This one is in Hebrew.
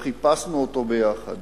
וחיפשנו אותו ביחד.